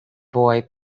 boy